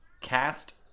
cast